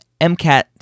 MCAT